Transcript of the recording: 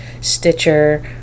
Stitcher